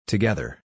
Together